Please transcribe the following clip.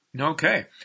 Okay